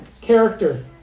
character